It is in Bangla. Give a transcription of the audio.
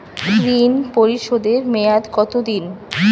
ঋণ পরিশোধের মেয়াদ কত দিন?